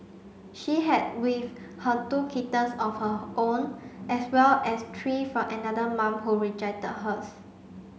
she had with her two kittens of her own as well as three from another mum who rejected hers